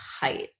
height